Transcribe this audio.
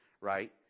right